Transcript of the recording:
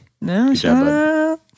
No